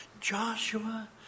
Joshua